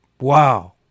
Wow